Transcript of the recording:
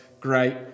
great